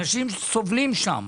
אנשים סובלים שם.